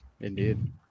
Indeed